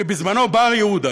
שבזמנו בר-יהודה,